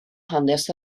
hanes